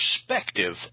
perspective